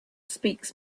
speaks